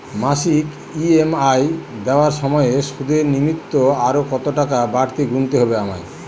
মাসিক ই.এম.আই দেওয়ার সময়ে সুদের নিমিত্ত আরো কতটাকা বাড়তি গুণতে হবে আমায়?